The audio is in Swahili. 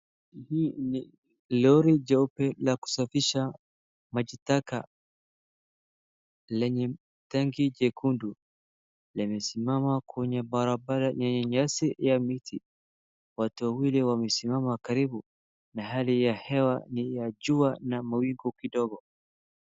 Hii ni lori jeupe la kusafisha maji taka lenye tanki jekundu. Limesimama kwenye barabara yenye nyasi ya miti. Watu wawili wamesimama karibu na hali ya hewa ni ya jua na mawingu kidogo.